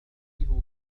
يشبه